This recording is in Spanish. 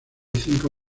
cinco